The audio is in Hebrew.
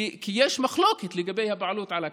כי יש מחלוקת לגבי הבעלות על הקרקע.